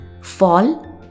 fall